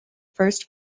first